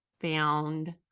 found